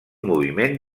moviment